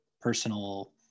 personal